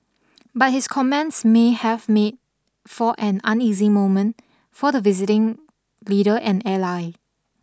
but his comments may have made for an uneasy moment for the visiting leader and ally